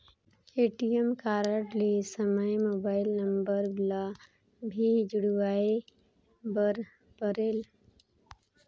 ATM card लहे समय mobile number ला भी जुड़वाए बर परेल?